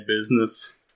business